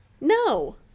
no